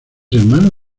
hermano